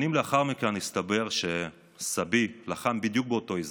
שנים לאחר מכן הסתבר שסבי לחם בדיוק באותו אזור.